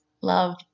love